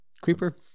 Creeper